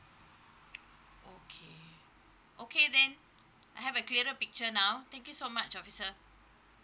okay okay then I have a clearer picture now thank you so much officer